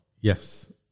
Yes